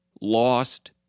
lost